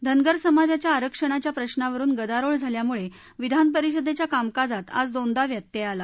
धनगर समाजाच्या आरक्षणाच्या प्रश्नावरून गदारोळ झाल्यामुळा विधानपरिषदच्या कामकाजात आज दोनदा व्यत्यय आला